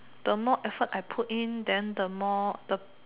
the more effort I put in then the more the